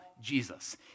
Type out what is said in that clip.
Jesus